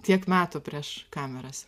tiek metų prieš kameras